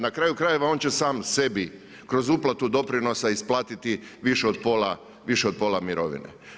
Na kraju krajeva, on će sam sebi kroz uplatu doprinosa isplatiti više od pola mirovine.